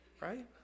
Right